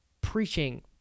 preaching